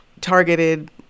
targeted